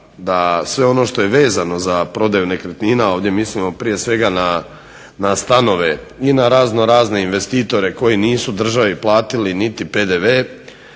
da sve ono što je vezano za prodaju nekretnina ovdje mislimo prije svega na stanove i na razno razne investitore koji nisu državi platili niti PDV